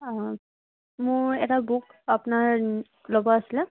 অঁ মোৰ এটা বুক আপোনাৰ ল'ব আছিলে